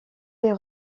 les